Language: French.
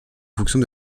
fonction